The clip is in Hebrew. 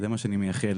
זה מה שאני מייחל.